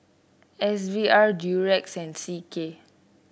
S V R Durex and C K